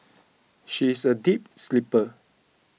she is a deep sleeper